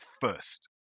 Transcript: first